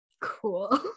cool